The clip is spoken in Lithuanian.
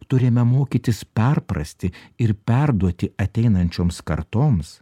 turime mokytis perprasti ir perduoti ateinančioms kartoms